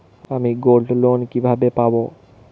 আমি গোল্ডলোন কিভাবে পাব?